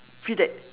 feel that